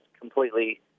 completely